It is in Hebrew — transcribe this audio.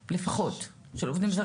לפחות, של עובדים זרים.